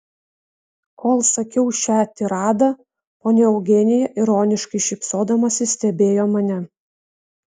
kol sakiau šią tiradą ponia eugenija ironiškai šypsodamasi stebėjo mane